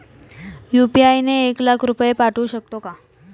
UPI ने एक लाख रुपये पाठवू शकतो का?